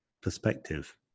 perspective